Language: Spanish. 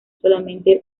solamente